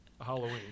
Halloween